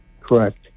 Correct